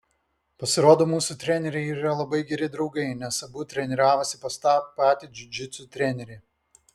pasirodo mūsų treneriai yra labai geri draugai nes abu treniravosi pas tą patį džiudžitsu trenerį